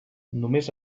només